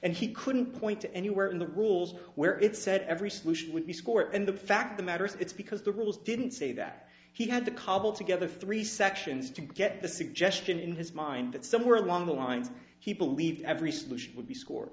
and he couldn't point to anywhere in the rules where it said every solution would be score and the fact the matter is it's because the rules didn't say that he had to cobble together three sections to get the suggestion in his mind that somewhere along the lines he believed every solution would be score